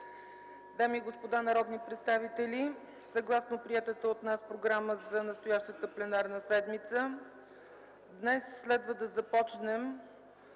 Дами и господа народни представители, съгласно приетата от нас програма за настоящата пленарна седмица днес следва да започнем